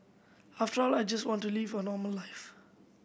after all I just want to live a normal life